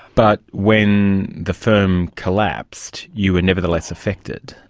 but when the firm collapsed you were nevertheless affected.